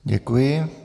Děkuji.